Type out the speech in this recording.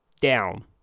down